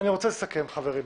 רוצה לסכם חברים.